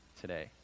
today